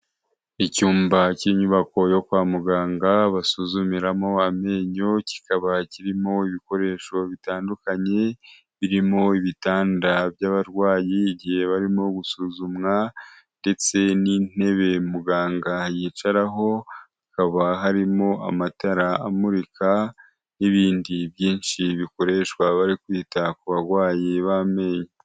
Icyumba cy'inyubako yo kwa muganga basuzumiramo amenyo kikaba kirimo ibikoresho bitandukanye, birimo ibitanda by'abarwayi igihe barimo gusuzumwa ndetse n'intebe muganga yicaraho, hakaba harimo amatara amurika n'ibindi byinshi bikoreshwa bari kwita ku barwayi b'amenyo.